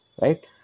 right